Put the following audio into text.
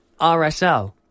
RSL